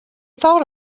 thought